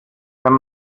wenn